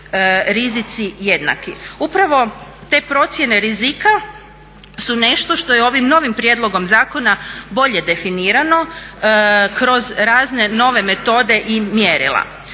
rizici jednaki. Upravo te procjene rizika su nešto što je ovim novim prijedlogom zakona bolje definirano kroz razne nove metode i mjerila.